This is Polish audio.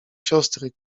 siostry